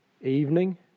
evening